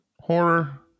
horror